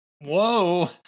whoa